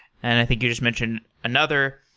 and i think you just mentioned another.